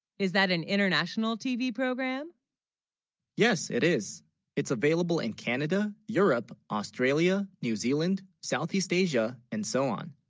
is that an international tv program yes it is it's available in canada europe australia new zealand southeast, asia and so on?